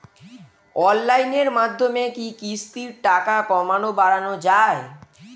অনলাইনের মাধ্যমে কি কিস্তির টাকা কমানো বাড়ানো যায়?